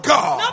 God